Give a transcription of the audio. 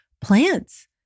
plants